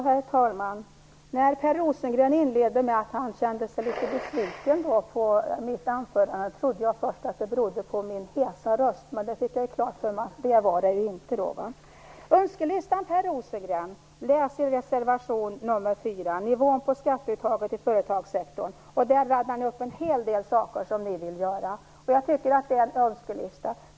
Herr talman! När Per Rosengren inledde med att han kände sig litet besviken på mitt anförande trodde jag först att det berodde på min hesa röst, men jag fick klart för mig att det inte var så. Önskelistan, Per Rosengren, finns i reservation nr 4 om nivån på skatteuttaget i företagssektorn. Där raddar Vänsterpartiet upp en hel del saker som det vill göra, och jag tycker att det är en önskelista.